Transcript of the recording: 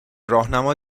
راهنما